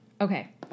Okay